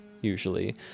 usually